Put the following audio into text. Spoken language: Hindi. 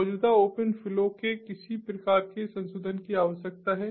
मौजूदा ओपन फ्लो के किसी प्रकार के संशोधन की आवश्यकता है